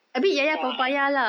ya I